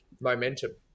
momentum